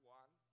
one